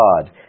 God